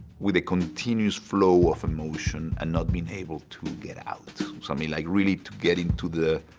with a continuous flow of emotion and not being able to get out. something like really to get into the.